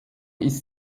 ist